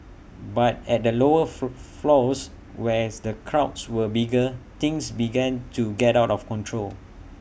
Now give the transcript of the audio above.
but at the lower fro floors where's the crowds were bigger things began to get out of control